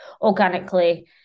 organically